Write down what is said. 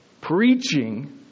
preaching